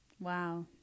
wow